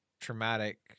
traumatic